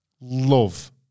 love